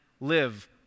live